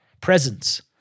presence